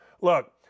Look